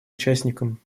участникам